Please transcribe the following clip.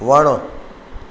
वणु